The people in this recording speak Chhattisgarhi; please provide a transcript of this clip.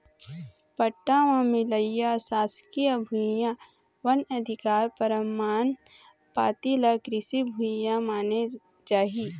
पट्टा म मिलइया सासकीय भुइयां, वन अधिकार परमान पाती ल कृषि भूइया माने जाही